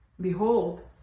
Behold